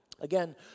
Again